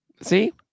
See